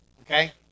okay